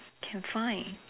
can find